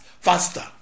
faster